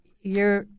you're-